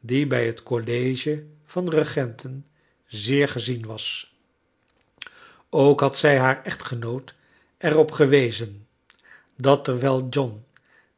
die bij het college van regenten zeer gezlen was ook had zij haar echtgenoot er op gewezen dat terwijl john